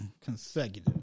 Consecutive